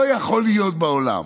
לא יכול להיות בעולם